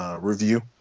review